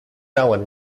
allen